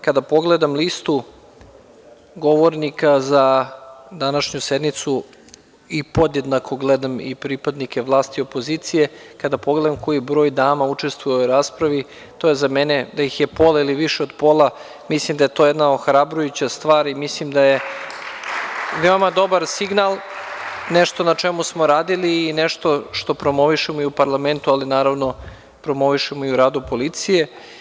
Kada pogledam listu govornika za današnju sednicu, i podjednako gledam i pripadnike vlasti i opozicije, kada pogledam koji broj dama učestvuje u raspravi, da ih je pola ili više od pola, mislim da je to jedna ohrabrujuća stvar i mislim da je veoma dobar signal, nešto na čemu smo radili i nešto što promovišemo i u parlamentu, ali naravno, promovišemo i u radu policije.